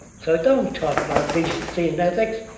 so don't talk about decency and ethics,